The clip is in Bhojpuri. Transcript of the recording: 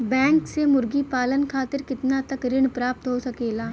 बैंक से मुर्गी पालन खातिर कितना तक ऋण प्राप्त हो सकेला?